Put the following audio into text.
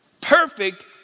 Perfect